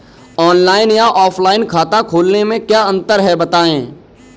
Online या offline खाता खोलने में क्या अंतर है बताएँ?